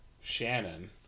Shannon